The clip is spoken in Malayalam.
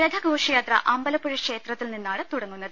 രഥ ഘോഷയാത്ര അമ്പലപ്പുഴ ക്ഷേത്രത്തിൽ നിന്നാണ് തുടങ്ങുന്നത്